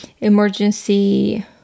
Emergency